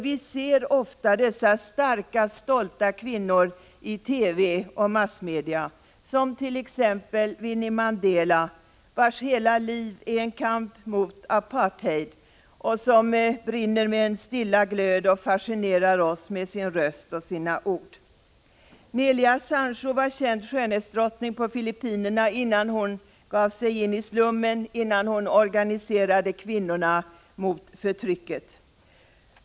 Vi ser ofta dessa starka stolta kvinnor i TV och andra massmedia, t.ex. Winnie Mandela, vars hela liv är en kamp mot apartheid. Hon brinner med en stilla glöd och fascinerar oss med sin röst och sina ord. Nelia Sancho var känd skönhetsdrottning på Filippinerna innan hon gav sig in i slummen och organiserade kvinnorna där mot förtrycket.